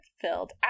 filled